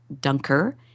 Dunker